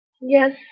Yes